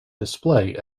display